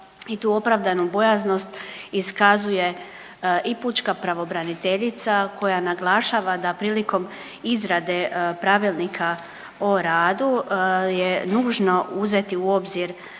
i tu opravdanu bojaznost iskazuje i pučka pravobraniteljica koja naglašava da prilikom izrade pravilnika o radu je nužno uzeti u obzir